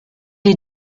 est